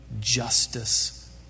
Justice